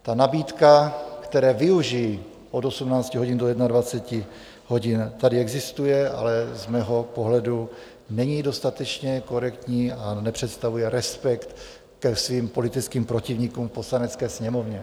Ta nabídka, které využiji, od 18 hodin do 21 hodin, tady existuje, ale z mého pohledu není dostatečně korektní a nepředstavuje respekt ke svým politickým protivníkům v Poslanecké sněmovně.